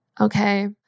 okay